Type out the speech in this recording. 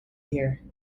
here